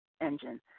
engine